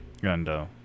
Gundo